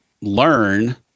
learn